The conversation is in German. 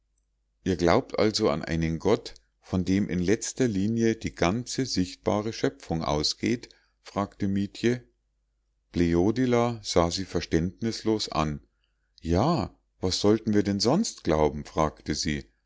ihr glaubt also alle an einen gott von dem in letzter linie die ganze sichtbare schöpfung ausgeht fragte mietje bleodila sah sie verständnislos an ja was sollten wir denn sonst glauben fragte sie